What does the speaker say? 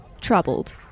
troubled